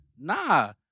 nah